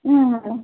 ಹ್ಞೂ ಮೇಡಮ್